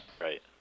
Right